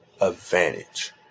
advantage